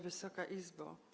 Wysoka Izbo!